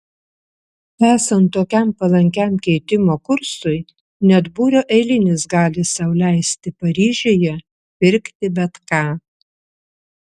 esant tokiam palankiam keitimo kursui net būrio eilinis gali sau leisti paryžiuje pirkti bet ką